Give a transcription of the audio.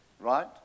Right